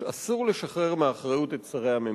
אסור לשחרר מאחריות את שרי הממשלה.